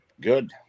Good